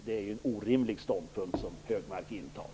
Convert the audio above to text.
Det är ju en orimlig ståndpunkt som Högmark intar.